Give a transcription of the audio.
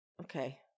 okay